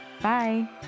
Bye